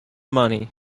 money